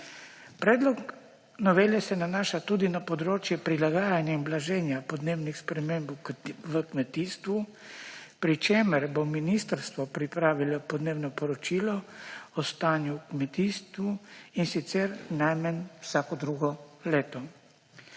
Predlog novele se nanaša tudi na področje prilagajanja in blaženja podnebnih sprememb v kmetijstvu, pri čemer bo ministrstvo pripravilo podnebno poročilo o stanju v kmetijstvu, in sicer najmanj vsako drugo leto.